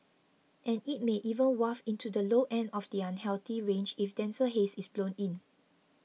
and it may even waft into the low end of the unhealthy range if denser haze is blown in